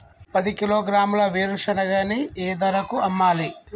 పది కిలోగ్రాముల వేరుశనగని ఏ ధరకు అమ్మాలి?